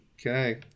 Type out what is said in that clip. Okay